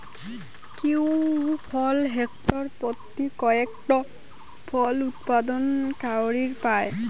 kiwi ফল hectare পত্যি কয়েক টন ফল উৎপাদন করির পায়